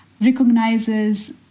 recognizes